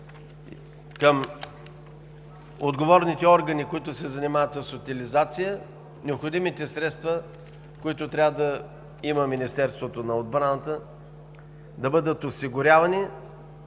към отговорните органи, които се занимават с утилизацията, е: необходимите средства, които трябва да има Министерството на отбраната, да бъдат осигурявани